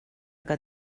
que